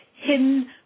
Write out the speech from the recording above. hidden